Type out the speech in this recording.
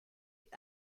est